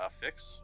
fix